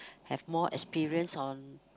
have more experience on